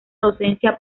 docencia